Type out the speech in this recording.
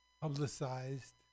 publicized